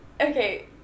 okay